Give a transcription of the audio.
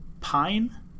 pine